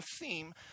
theme